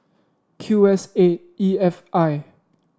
Q S eight E F I